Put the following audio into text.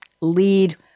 lead